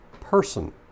person